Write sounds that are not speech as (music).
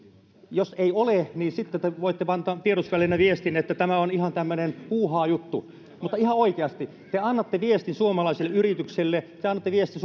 jos ei ole niin sitten te voitte antaa tiedotusvälineille viestin että tämä on ihan tämmöinen huuhaa juttu mutta ihan oikeasti te annatte viestin suomalaisille yrityksille te annatte viestin (unintelligible)